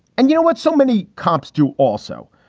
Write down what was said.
and you know what so many cops do also,